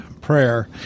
prayer